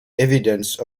evidence